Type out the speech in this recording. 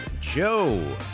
Joe